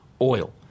oil